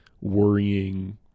worrying